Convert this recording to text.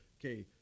okay